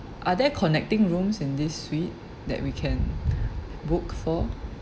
are there connecting rooms in this suite that we can book for